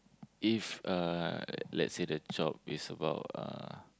if uh let's say the job is about uh